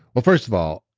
well first of all,